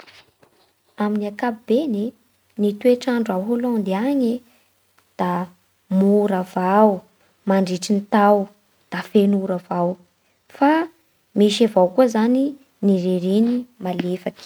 Amin'ny ankapobeny ny toetr'andro ao Holandy agny da ora avao mandritry ny tao da feno ora avao. Fa misy avao kosa zany ny ririny malefaky.